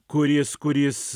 kuris kuris